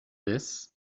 this